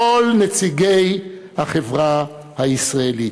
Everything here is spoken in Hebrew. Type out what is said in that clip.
כל נציגי החברה הישראלית.